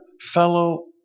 fellow